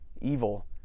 evil